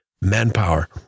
manpower